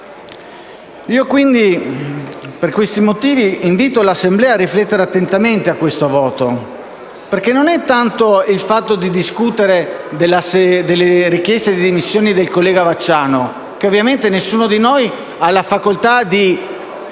Commissione. Per questi motivi, invito l'Assemblea a riflettere attentamente su questo voto. Non si tratta tanto del fatto di discutere della richiesta delle dimissioni del collega Vacciano, che ovviamente nessuno di noi ha la facoltà di